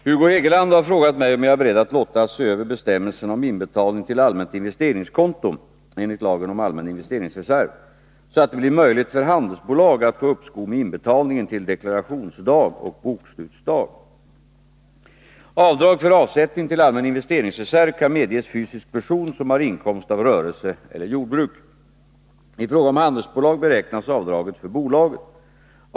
Herr talman! Hugo Hegeland har frågat mig om jag är beredd att låta se över bestämmelserna om inbetalning till allmänt investeringskonto enligt lagen om allmän investeringsreserv, så att det blir möjligt för handelsbolag att få uppskov med inbetalningen till deklarationsdag och bokslutsdag. Avdrag för avsättning till allmän investeringsreserv kan medges fysisk person som har inkomst av rörelse eller jordbruk. I fråga om handelsbolag beräknas avdraget för bolaget.